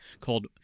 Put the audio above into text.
called